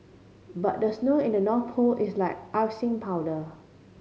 but the snow in the North Pole is like icing powder